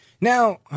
Now